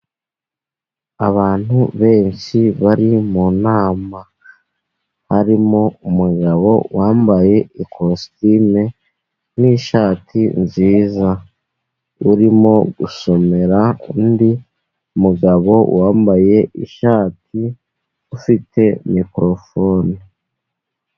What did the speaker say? Abantu benshi bari mu nama. Harimo umugabo wambaye ikositimu n'ishati nziza. Urimo gusomera undi mugabo wambaye ishati ufite mikorofone.